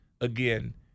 again